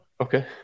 okay